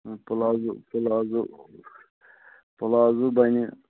palazzo پُِلازو پُِلازو بنہِ